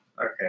Okay